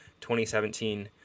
2017